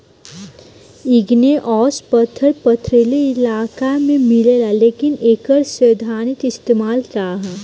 Igneous पत्थर पथरीली इलाका में मिलेला लेकिन एकर सैद्धांतिक इस्तेमाल का ह?